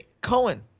Cohen